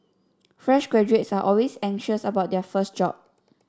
fresh graduates are always anxious about their first job